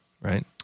right